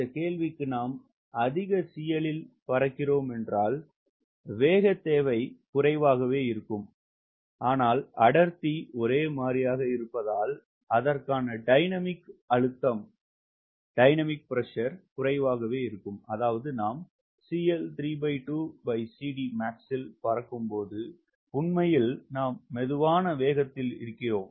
இந்த கேள்விக்கு நாம் அதிக CL இல் பறக்கிறோம் என்றால் வேகத்தேவை குறைவாக இருக்கும் அடர்த்தி ஒரே மாதிரியாக இருப்பதல் அதற்கான டைனமிக் அழுத்தம் குறைவாகவே இருக்கும் அதாவது நாம் பறக்கும் போது உண்மையில் நாம் மெதுவான வேகத்தில் இருக்கிறோம்